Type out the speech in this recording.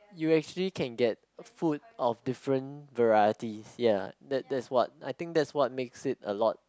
you actually can get food of different varieties ya that that's what I think that's what makes it a lot